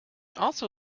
also